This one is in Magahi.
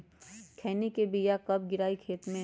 खैनी के बिया कब गिराइये खेत मे?